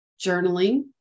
journaling